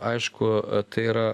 aišku tai yra